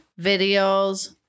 videos